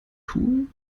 tool